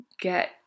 get